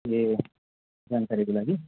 ए जानकारीको लागि